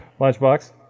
Lunchbox